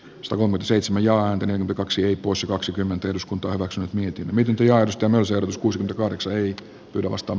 suomen seitsemän ja entinen p kaksi plus kaksikymmentä eduskunta omaksunut mietin miten kiarostamin seudut kuusi kahdeksan heikki pylväs tom